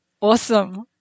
Awesome